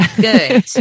Good